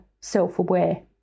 self-aware